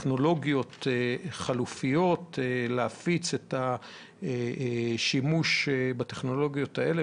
טכנולוגיות חלופיות ולהפיץ את השימוש בהן,